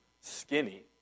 skinny